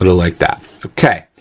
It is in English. but like that, okay.